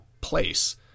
place